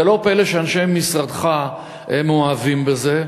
זה לא פלא שאנשי משרדך מאוהבים בזה,